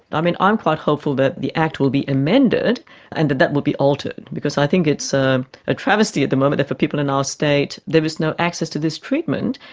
and i mean, i'm quite hopeful that the act will be amended and that that will be altered because i think it's a ah travesty at the moment that for people in our state there is no access to this treatment.